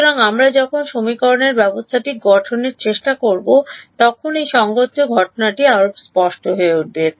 সুতরাং আমরা যখন সমীকরণের ব্যবস্থাটি গঠনের চেষ্টা করব তখন এই সংঘটিত ঘটনাটি আরও স্পষ্ট হয়ে উঠবে